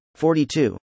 42